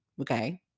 okay